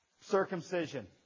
circumcision